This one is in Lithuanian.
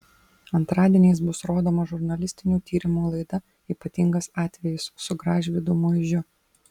antradieniais bus rodoma žurnalistinių tyrimų laida ypatingas atvejis su gražvydu muižiu